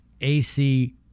AC